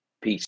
Peace